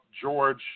George